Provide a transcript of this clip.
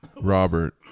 robert